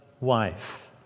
wife